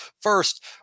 first